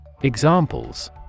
Examples